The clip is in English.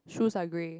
shoes are grey